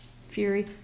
fury